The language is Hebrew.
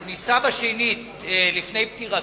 הוא נישא בשנית לפני פטירתו,